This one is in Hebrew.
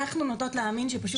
אנחנו נוטות להאמין שפשוט,